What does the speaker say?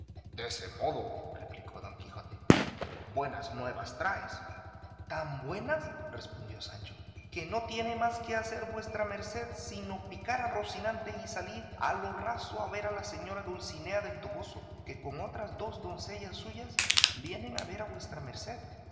de ese modo replicó don quijote buenas nuevas traes tan buenas respondió sancho que no tiene más que hacer vuesa merced sino picar a rocinante y salir a lo raso a ver a la señora dulcinea del toboso que con otras dos doncellas suyas viene a ver a vuesa merced